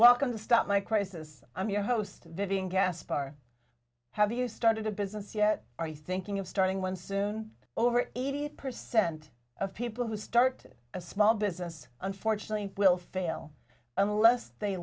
welcome to stop my crisis i'm your host vivian caspar have you started a business yet are you thinking of starting one soon over eighty percent of people who start a small business unfortunately will fail unless they